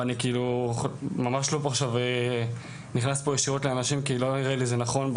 ואני לא נכנס ישירות לאנשים כי לא נראה לי שזה נכון,